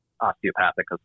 Osteopathic